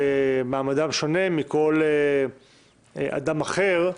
מעמדם שונה מכל אדם אחר.